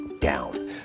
down